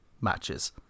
Matches